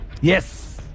Yes